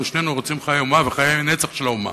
אנחנו שנינו רוצים חיי אומה וחיי נצח של האומה.